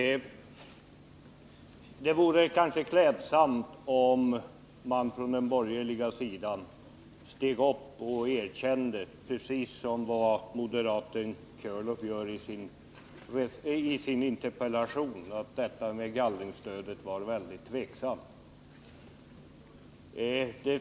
Det vore kanske klädsamt om man från den borgerliga sidan steg upp och erkände, precis som moderaten Körlof i sin interpellation, att gallringsstödet var mycket tvivelaktigt.